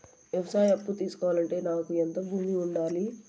వ్యవసాయ అప్పు తీసుకోవాలంటే నాకు ఎంత భూమి ఉండాలి?